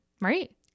right